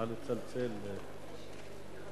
אדוני